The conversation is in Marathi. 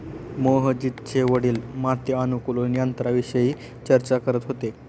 मोहजितचे वडील माती अनुकूलक यंत्राविषयी चर्चा करत होते